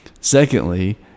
Secondly